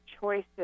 choices